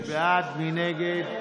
אם כך,